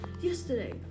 yesterday